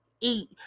eat